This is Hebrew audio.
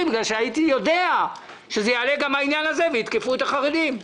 בגלל שהייתי יודע שיעלה גם העניין הזה ויתקפו את החרדים.